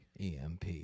EMP